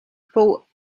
pop